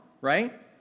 Right